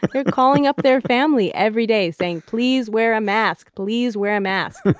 they're calling up their family every day saying, please wear a mask, please wear a mask.